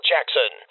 Jackson